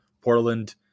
Portland